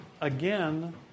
again